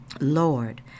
lord